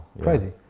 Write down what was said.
Crazy